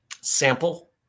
sample